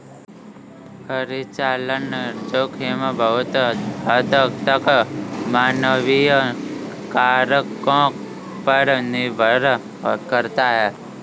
परिचालन जोखिम बहुत हद तक मानवीय कारकों पर निर्भर करता है